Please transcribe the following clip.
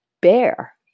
bear